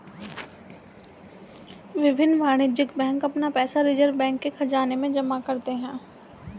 विभिन्न वाणिज्यिक बैंक अपना पैसा रिज़र्व बैंक के ख़ज़ाने में जमा करते हैं